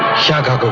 shakka.